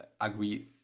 agree